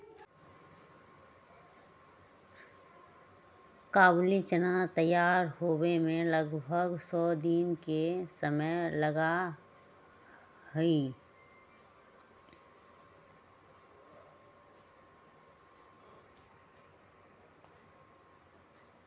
काबुली चना तैयार होवे में लगभग सौ दिन के समय लगा हई